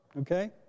Okay